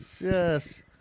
Yes